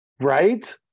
Right